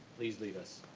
please lead us.